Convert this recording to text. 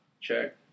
check